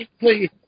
please